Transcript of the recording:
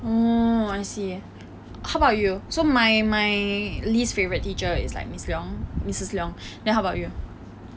oh I see how about you so my my least favourite teacher is like miss leong missus leong then how about you